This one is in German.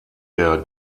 der